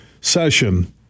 session